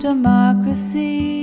democracy